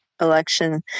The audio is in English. election